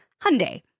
Hyundai